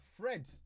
Fred